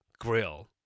grill